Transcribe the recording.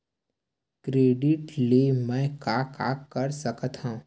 Credit ले मैं का का कर सकत हंव?